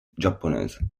giapponese